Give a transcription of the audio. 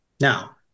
Now